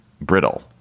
brittle